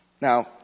Now